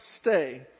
stay